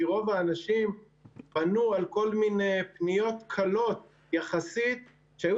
כי רוב האנשים פנו על כל מיני פניות קלות יחסית שהיו